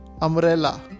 Umbrella